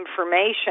information